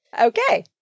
Okay